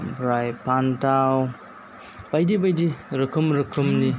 आमफ्राइ फान्थाव बायदि बायदि रोखोम रोखोमनि